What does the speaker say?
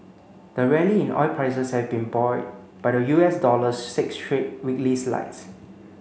the rally in oil prices has been buoyed by the U S dollar's six straight weekly slides